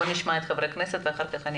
בואו נשמע את חברי הכנסת ואחר כך אני